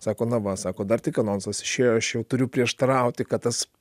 sako na va sako dar tik anonsas išėjo aš jau turiu prieštarauti kad tas